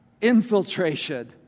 infiltration